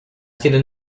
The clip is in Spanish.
sido